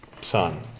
son